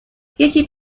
یکی